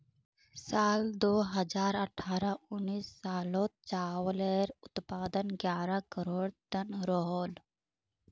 साल दो हज़ार अठारह उन्नीस सालोत चावालेर उत्पादन ग्यारह करोड़ तन रोहोल